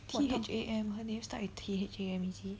T_H_A_M her name start with T_H_A_M is it